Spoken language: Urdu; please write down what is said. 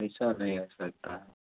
ایسا نہیں ہو سکتا